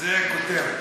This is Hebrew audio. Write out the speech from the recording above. זה כותרת.